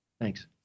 Thanks